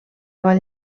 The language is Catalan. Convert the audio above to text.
vall